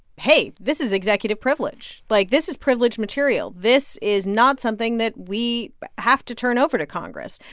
hey, this is executive privilege. like, this is privileged material. this is not something that we have to turn over to congress.